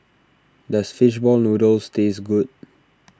does Fish Ball Noodles taste good